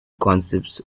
concepts